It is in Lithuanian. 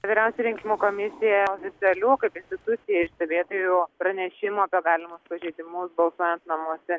vyriausia rinkimų komisija oficialių kaip institucija iš stebėtojų pranešimų apie galimus pažeidimus balsuojant namuose